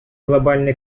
глобальный